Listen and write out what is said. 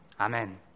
Amen